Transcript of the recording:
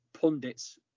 pundits